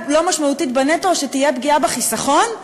לא-משמעותית בנטו או שתהיה פגיעה בחיסכון?